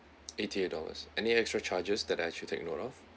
eighty dollars any extra charges that I should take note of